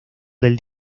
del